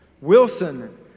Wilson